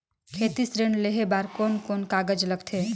खेती ऋण लेहे बार कोन कोन कागज लगथे?